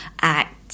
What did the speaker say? act